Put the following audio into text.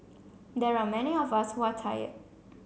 there are many of us who are tired